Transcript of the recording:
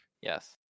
Yes